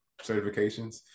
certifications